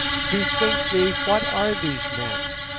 bethink thee what are these men?